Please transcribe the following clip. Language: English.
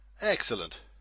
Excellent